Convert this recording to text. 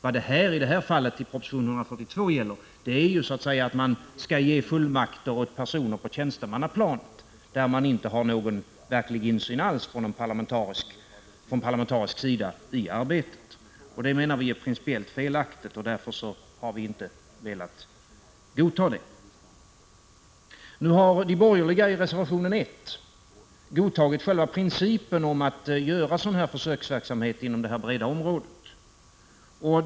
I det här fallet gäller det att man skall ge fullmakter åt personer på tjänstemannaplanet, där det inte finns någon verklig insyn alls från parlamentarisk sida i arbetet. Det menar vi är principiellt felaktigt, och därför har vi inte velat godta förslaget. De borgerliga har i reservation 1 godtagit själva principen om en sådan här försöksverksamhet inom detta breda område.